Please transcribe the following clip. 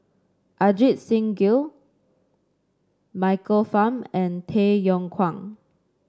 Ajit Singh Gill Michael Fam and Tay Yong Kwang